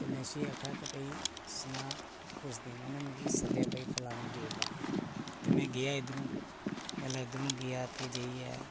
ते में उसी आक्खेआ इक्क भाई सनाऽ कुस उन्नी मिगी सद्देआ फलानी डेट ऐ ते में गेआ इद्धर दा ते जेल्लै में गेआ इद्धर दा ते जाइयै